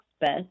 best